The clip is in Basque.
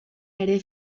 ere